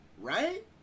right